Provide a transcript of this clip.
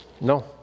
No